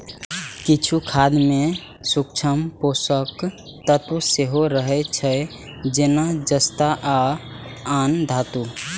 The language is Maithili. किछु खाद मे सूक्ष्म पोषक तत्व सेहो रहै छै, जेना जस्ता आ आन धातु